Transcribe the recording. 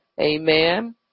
Amen